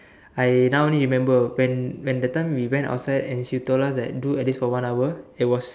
I now only remember when when that time we outside and she told us that do for at least one hour it was